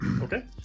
Okay